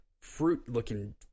fruit-looking